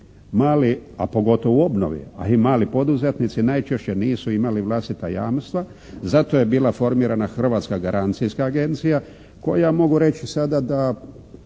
mali, a pogotovo u obnovi, a i mali poduzetnici najčešće nisu imali vlastita jamstva. Zato je bila formirana Hrvatska garancijska agencija koja mogu reći sada da